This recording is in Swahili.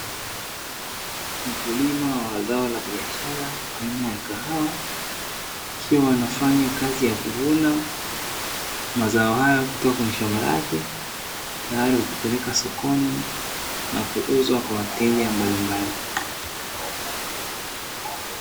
Mkulima wa zao la biashara aina ya kahawa akiwa anafanya kazi ya kuvuna mazao haya kutoka kwenye shamba lake, tayari kwa kupelekwa sokoni na kuuzwa kwa wateja mbalimbali.